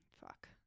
Fuck